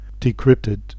decrypted